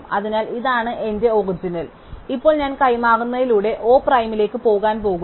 അതിനാൽ ഇതാണ് എന്റെ ഒറിജിനൽ ഇപ്പോൾ ഞാൻ കൈമാറുന്നതിലൂടെ O പ്രൈമിലേക്ക് പോകാൻ പോകുന്നു